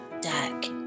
deck